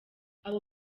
abo